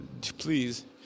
Please